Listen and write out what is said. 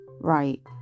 right